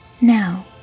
Now